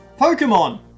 Pokemon